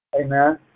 Amen